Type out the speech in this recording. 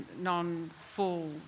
non-full